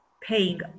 paying